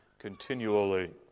continually